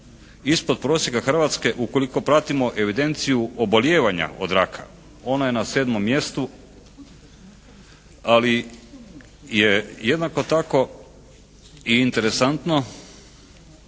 ispod prosjeka Hrvatske ukoliko pratimo evidenciju oboljevanja od raka. Ona je na 7 mjestu. Ali je jednako tako i interesantno